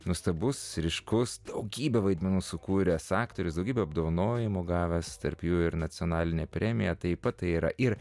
nuostabus ryškus daugybę vaidmenų sukūręs aktorius daugybę apdovanojimų gavęs tarp jų ir nacionalinę premiją taip pat tai yra ir